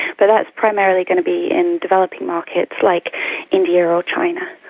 but that's primarily going to be in developing markets like india or china.